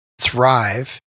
thrive